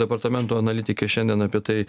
departamento analitikė šiandien apie tai